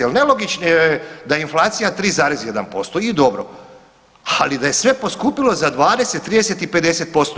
Jer nelogično je da je inflacija 3,1% i dobro, ali da je sve poskupilo za 20, 30 i 50%